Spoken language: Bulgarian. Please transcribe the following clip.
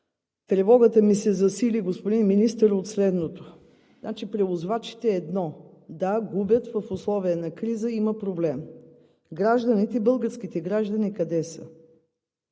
Тревогата ми се засили, господин Министър, от следното. Превозвачите е едно – да, губят в условия на криза, има проблем. Българските граждани къде са?